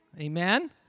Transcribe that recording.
Amen